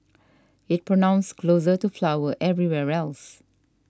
it's pronounced closer to flower everywhere else